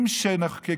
תודה